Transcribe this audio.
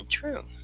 true